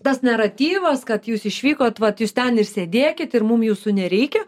tas naratyvas kad jūs išvykot vat jūs ten ir sėdėkit ir mum jūsų nereikia